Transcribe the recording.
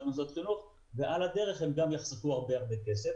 מוסדות חינוך ועל הדרך הם גם יחסכו הרבה כסף,